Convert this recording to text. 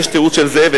יש תיעוד של זה.